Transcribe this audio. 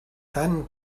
tant